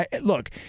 Look